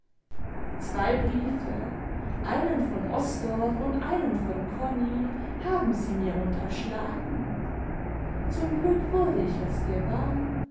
zwei briefe einen von osdorff und einen von konni haben sie mir unterschlagen zum glück wurde ich es gewahr